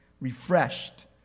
refreshed